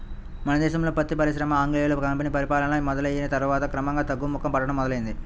మన దేశంలో పత్తి పరిశ్రమ ఆంగ్లేయుల కంపెనీ పరిపాలన మొదలయ్యిన తర్వాత క్రమంగా తగ్గుముఖం పట్టడం మొదలైంది